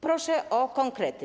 Proszę o konkrety.